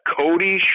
Cody